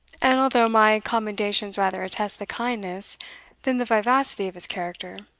and although my commendations rather attest the kindness than the vivacity of his character.